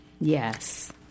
Yes